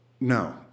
No